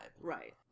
Right